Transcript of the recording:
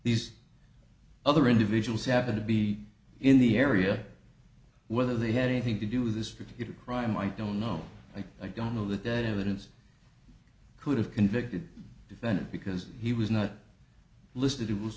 these other individuals happened to be in the area whether they had anything to do with this particular crime i don't know i don't know that that evidence could have convicted defendant because he was not listed he was